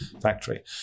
factory